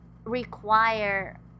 require